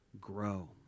grow